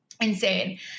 Insane